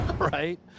Right